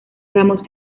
ramos